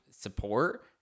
support